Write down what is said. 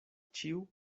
ĉiu